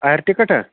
air ٹِکَٹا